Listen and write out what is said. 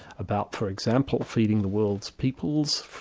about for example, feeding the world's peoples,